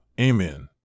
Amen